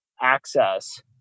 access